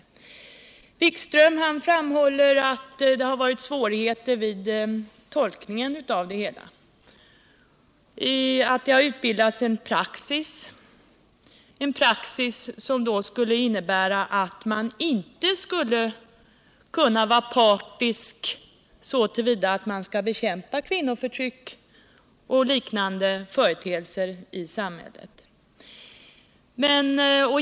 Jan-Erik Wikström framhåller att det har varit svårigheter vid tolkningen och att det utbildats en praxis, som då skulle innebära att man inte kan vara partisk så till vida att man bekämpar kvinnoförtryck och liknande företeelser i samhället.